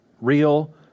Real